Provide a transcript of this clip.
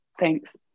Thanks